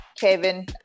Kevin